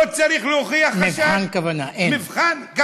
לא צריך להוכיח חשד, מבחן כוונה אין.